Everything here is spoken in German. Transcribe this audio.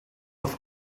auf